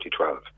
2012